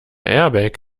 airbag